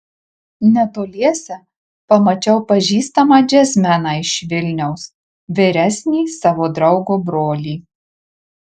netoliese pamačiau pažįstamą džiazmeną iš vilniaus vyresnį savo draugo brolį